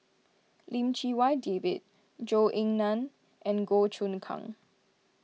Lim Chee Wai David Zhou Ying Nan and Goh Choon Kang